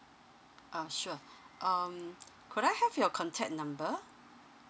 uh sure um could I have your contact number